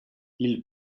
ils